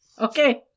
Okay